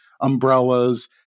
umbrellas